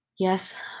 Yes